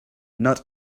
not